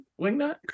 Wingnut